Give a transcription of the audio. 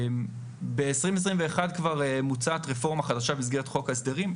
ב-20/21 כבר מוצעת רפורמה חדשה במסגרת חוק ההסדרים,